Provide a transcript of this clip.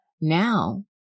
now